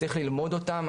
צריך ללמוד אותם,